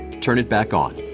turn it back on.